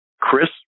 Chris